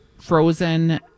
frozen